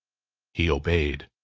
he obeyed.